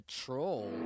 troll